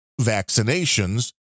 vaccinations